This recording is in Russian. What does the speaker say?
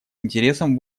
интересом